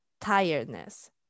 tiredness